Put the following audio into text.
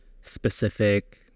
specific